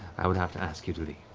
i would have to ask you to leave.